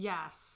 Yes